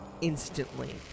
instantly